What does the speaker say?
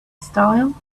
style